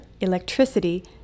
electricity